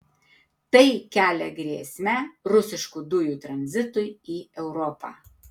tai kelia grėsmę rusiškų dujų tranzitui į europą